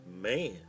Man